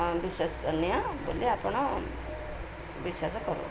ବିଶ୍ୱାସନୀୟ ବୋଲି ଆପଣ ବିଶ୍ୱାସ କରୁ